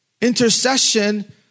Intercession